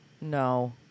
No